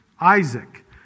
Isaac